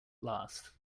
last